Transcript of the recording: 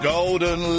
Golden